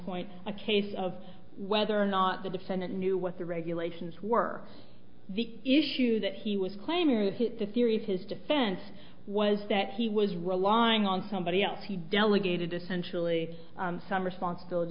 point a case of whether or not the defendant knew what the regulations were the issue to that he was claiming it hit the theory of his defense was that he was relying on somebody else he delegated essentially some responsibility